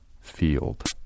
Field